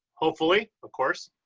hopefully of course